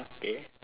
ha K